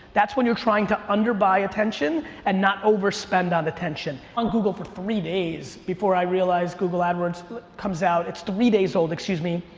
that's when you're trying to under-buy attention and not overspend on attention. on google for three days before i realized google adwords comes out. it's three days old, excuse me.